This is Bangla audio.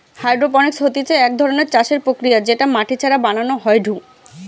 হাইড্রোপনিক্স হতিছে এক ধরণের চাষের প্রক্রিয়া যেটা মাটি ছাড়া বানানো হয়ঢু